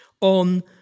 on